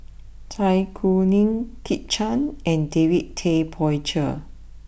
Zai Kuning Kit Chan and David Tay Poey Cher